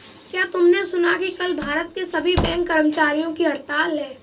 क्या तुमने सुना कि कल भारत के सभी बैंक कर्मचारियों की हड़ताल है?